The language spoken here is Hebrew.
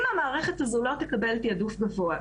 אם המערכת הזאת לא תקבל תעדוף בפועל,